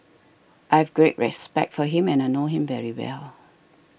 I have great respect for him and I know him very well